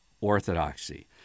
orthodoxy